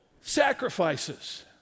sacrifices